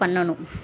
பண்ணணும்